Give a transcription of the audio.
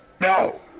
No